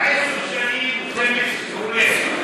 עשר שנים זה קורה,